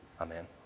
Amen